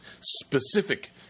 specific